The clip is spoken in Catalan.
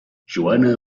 joana